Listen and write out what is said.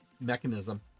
mechanism